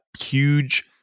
huge